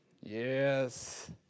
Yes